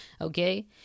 Okay